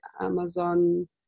Amazon